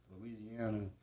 Louisiana